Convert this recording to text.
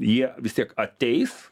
jie vis tiek ateis